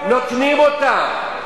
נותנים אותה,